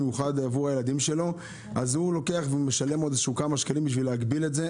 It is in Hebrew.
במיוחד עבור הילדים שלו ואז הוא משלם עוד כמה שקלים בשביל להגביל את זה.